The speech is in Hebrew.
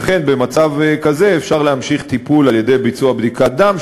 במצב כזה אפשר להמשיך טיפול על-ידי ביצוע בדיקת דם,